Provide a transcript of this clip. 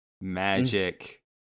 magic